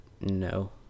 no